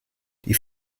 die